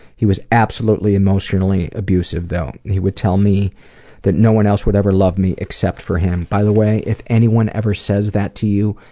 he was absolutely emotionally abusive though. he would tell me that no one else would ever love me except for him. by the way if anyone ever says that to you,